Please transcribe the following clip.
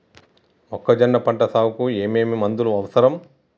మొక్కజొన్న పంట సాగుకు ఏమేమి మందులు అవసరం?